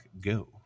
Go